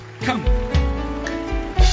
Come